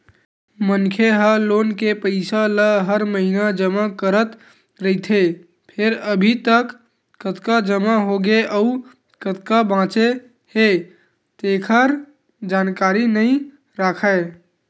मनखे ह लोन के पइसा ल हर महिना जमा करत रहिथे फेर अभी तक कतका जमा होगे अउ कतका बाचे हे तेखर जानकारी नइ राखय